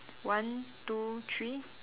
one two three